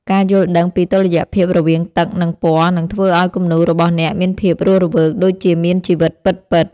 ការយល់ដឹងពីតុល្យភាពរវាងទឹក និង ពណ៌នឹងធ្វើឱ្យគំនូររបស់អ្នកមានភាពរស់រវើកដូចជាមានជីវិតពិតៗ។